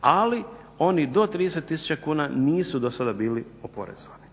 Ali oni do 30 tisuća kuna nisu do sada bili oporezovani.